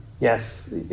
yes